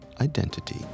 identity